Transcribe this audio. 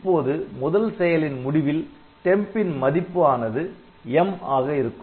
இப்போது முதல் செயலின் முடிவில் temp ன் மதிப்பு ஆனது 'M' ஆக இருக்கும்